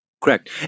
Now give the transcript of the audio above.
Correct